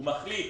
הוא מחליט